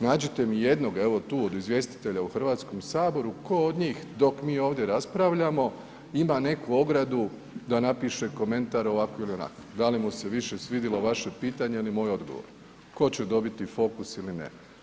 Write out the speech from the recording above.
Nađite mi jednoga, evo tu od izvjestitelja u HS, tko od njih, dok mi ovdje raspravljamo, ima neku ogradu da napiše komentar ovako ili onako, da li mu se više svidilo vaše pitanje ili moj odgovor, tko će dobiti fokus ili ne.